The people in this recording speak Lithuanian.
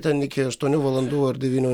ten iki aštuonių valandų ar devynių